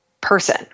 person